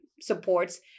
supports